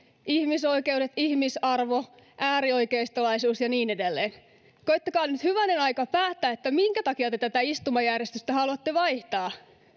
ihmisoikeudet ihmisarvo äärioikeistolaisuus ja niin edelleen koettakaa nyt hyvänen aika päättää minkä takia te tätä istumajärjestystä haluatte vaihtaa